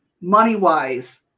money-wise